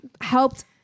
helped